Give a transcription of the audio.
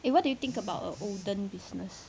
eh what do you think about a business